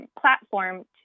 platform